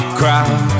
crowd